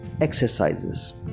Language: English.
exercises